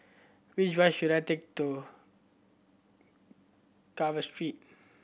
which bus should I take to Carver Street